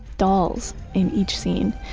dolls in each scene.